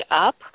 up